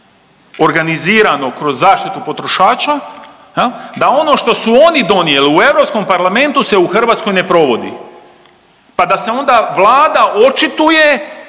organizirano kroz zaštitu potrošača jel da ono što su oni donijeli u Europskom parlamentu se u Hrvatskoj ne provodi, pa da se onda Vlada očituje